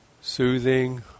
soothing